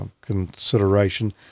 consideration